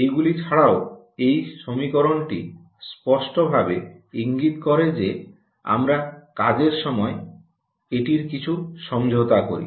এগুলি ছাড়াও এই সমীকরণটি স্পষ্টভাবে ইঙ্গিত করে যে আমরা কাজের সময় এটির কিছু সমঝোতা করি